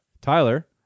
Tyler